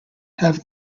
have